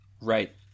Right